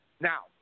Now